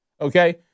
Okay